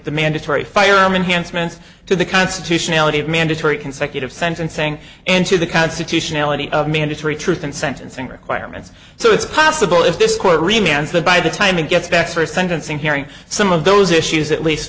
the mandatory firearm enhanced means to the constitutionality of mandatory consecutive sentencing and to the constitutionality of mandatory truth in sentencing requirements so it's possible if this court remains that by the time it gets back for a sentencing hearing some of those issues at least